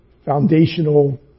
foundational